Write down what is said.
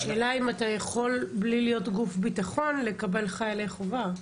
השאלה אם אתה יכול בלי להיות גוף ביטחון לקבל חיילי חובה.